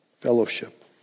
fellowship